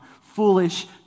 foolish